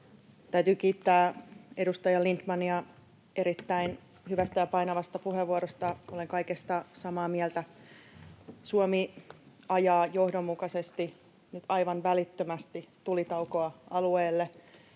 Täytyy kiittää edustaja Lindtmania erittäin hyvästä ja painavasta puheenvuorosta — olen kaikesta samaa mieltä. Suomi ajaa johdonmukaisesti nyt aivan välittömästi tulitaukoa alueelle,